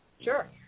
Sure